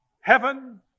Heaven